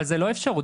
אבל זאת לא אפשרות.